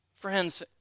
Friends